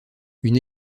une